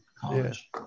College